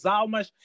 almas